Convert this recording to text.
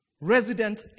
resident